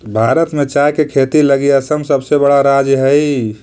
भारत में चाय के खेती लगी असम सबसे बड़ा राज्य हइ